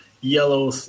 yellow